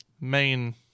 Main